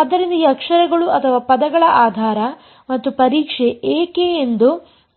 ಆದ್ದರಿಂದ ಈ ಅಕ್ಷರಗಳು ಅಥವಾ ಪದಗಳ ಆಧಾರ ಮತ್ತು ಪರೀಕ್ಷೆ ಏಕೆ ಎಂದು